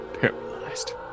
Paralyzed